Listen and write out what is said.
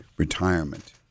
retirement